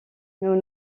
nous